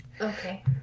Okay